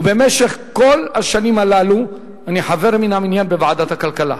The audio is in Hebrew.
ובמשך כל השנים הללו אני חבר מן המניין בוועדת הכלכלה.